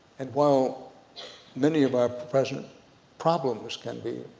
and while many of our present problems can be